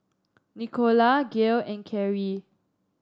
Nicola Gale and Carrie